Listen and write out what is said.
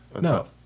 No